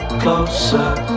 closer